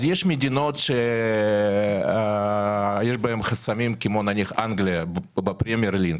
יש מדינות שיש בהן חסמים כמו נניח אנגליה בפרימייר ליג,